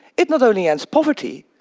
it not only ends poverty,